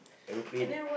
aeroplane